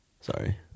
Sorry